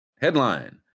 Headline